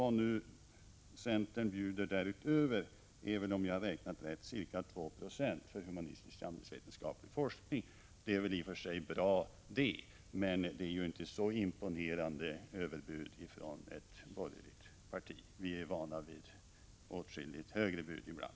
Vad nu centern därutöver bjuder för humanistisk samhällsvetenskaplig forskning är, om jag har räknat rätt, ca 2 Ze. Det är väl i och för sig bra, men det är ju inte något särskilt imponerande överbud från ett parti som på andra områden presterat åtskilligt högre bud.